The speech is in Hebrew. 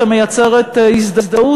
שמייצרת הזדהות,